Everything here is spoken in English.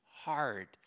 hard